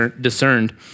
discerned